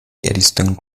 eddystone